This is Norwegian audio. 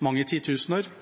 mange titusener –